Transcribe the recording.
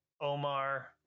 Omar